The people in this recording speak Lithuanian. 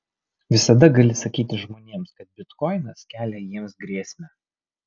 visada gali sakyti žmonėms kad bitkoinas kelia jiems grėsmę